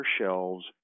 shelves